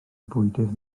bwydydd